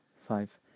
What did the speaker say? five